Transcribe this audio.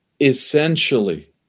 Essentially